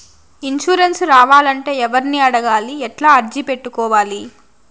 Insurance రావాలంటే ఎవర్ని అడగాలి? ఎట్లా అర్జీ పెట్టుకోవాలి?